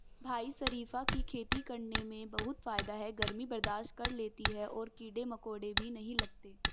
भाई शरीफा की खेती करने में बहुत फायदा है गर्मी बर्दाश्त कर लेती है और कीड़े मकोड़े भी नहीं लगते